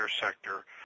sector